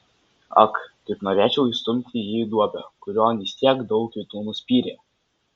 ak kaip norėčiau įstumti jį į duobę kurion jis tiek daug kitų nuspyrė